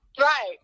Right